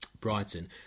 Brighton